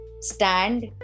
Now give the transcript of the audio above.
stand